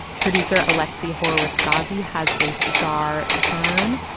producer alexi horowitz-ghazi has a star turn.